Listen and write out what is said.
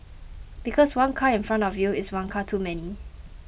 because one car in front of you is one car too many